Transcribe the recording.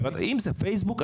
אם זה פייסבוק,